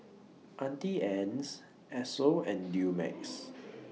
Auntie Anne's Esso and Dumex